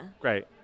Great